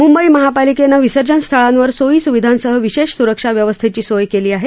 मुंबई महापालिकेनं विसर्जन स्थळांवर सोयी सुविधांसह विशेष सुरक्षा व्यवस्थेची सोय केली आहे